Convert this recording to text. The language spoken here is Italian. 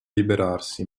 liberarsi